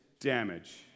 damage